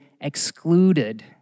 excluded